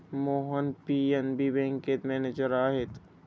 Mohan PNB बँकेत manager आहेत